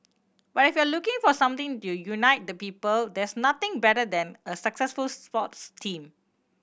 but if you're looking for something to unite the people there's nothing better than a successful sports team